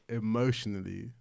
emotionally